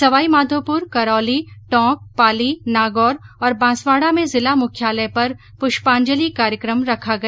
सवाईमाघोपुर करौली टोंक पाली नागौर और बांसवाड़ा में जिला मुख्यालय पर पुष्पांजलि कार्यक्रम रखा गया